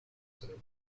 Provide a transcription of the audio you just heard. soleil